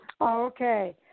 Okay